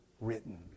written